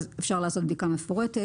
אפשר לעשות בדיקה מפורטת.